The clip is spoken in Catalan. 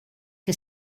que